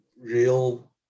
real